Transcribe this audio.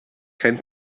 kein